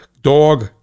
dog